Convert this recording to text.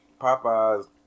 Popeye's